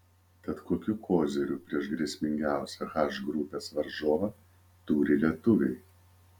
tad kokių kozirių prieš grėsmingiausią h grupės varžovą turi lietuviai